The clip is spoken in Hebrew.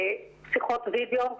שיחות וידאו,